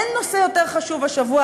אין נושא יותר חשוב השבוע,